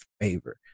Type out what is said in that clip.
favor